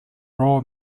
raw